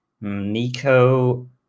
Nico